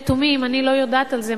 לתומי: אם אני לא יודעת על זה,